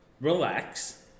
Relax